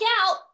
out